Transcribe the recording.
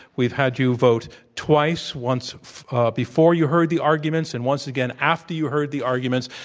we've had you vote twice, once ah before you heard the arguments and once again after you heard the arguments.